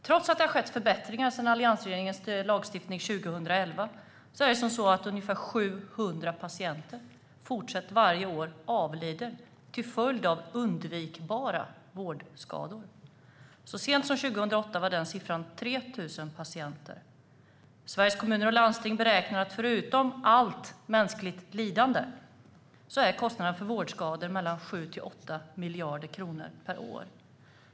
Trots att det har skett förbättringar sedan alliansregeringens lagstiftning från 2011 är det fortsatt så att ungefär 700 personer varje år avlider till följd av undvikbara vårdskador. Så sent som 2008 var den siffran 3 000 patienter. Sveriges Kommuner och Landsting beräknar att kostnaden för vårdskador, förutom allt mänskligt lidande, är 7-8 miljarder kronor per år.